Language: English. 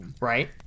right